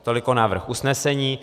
Tolik návrh usnesení.